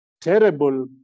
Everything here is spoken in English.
terrible